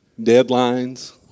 Deadlines